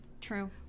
True